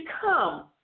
come